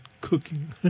cooking